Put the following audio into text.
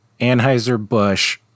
Anheuser-Busch